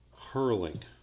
Hurling